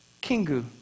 Kingu